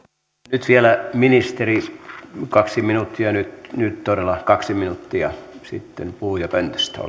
nyt vielä ministeri kaksi minuuttia nyt todella kaksi minuuttia sitten puhujapöntöstä